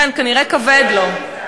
אין שר במליאה.